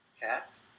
Cat